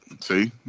See